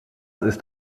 ist